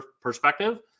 perspective